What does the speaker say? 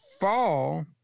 fall